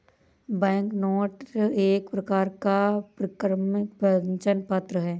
banknote एक प्रकार का परक्राम्य वचन पत्र है